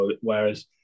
Whereas